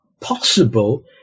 possible